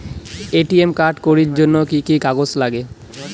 ATM card করির জন্যে কি কি কাগজ নাগে?